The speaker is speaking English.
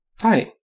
Hi